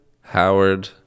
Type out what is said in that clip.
Howard